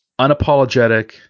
unapologetic